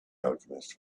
alchemist